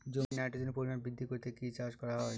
জমিতে নাইট্রোজেনের পরিমাণ বৃদ্ধি করতে কি চাষ করা হয়?